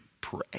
pray